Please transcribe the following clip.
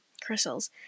crystals